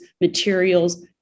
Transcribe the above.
materials